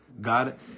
God